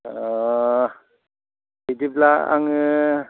बिदिब्ला आङो